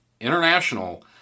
international